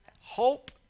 hope